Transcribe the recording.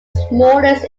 smallest